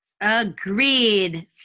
Agreed